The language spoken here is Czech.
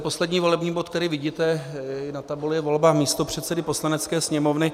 Poslední volební bod, který vidíte na tabuli, volba místopředsedy Poslanecké sněmovny.